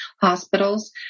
hospitals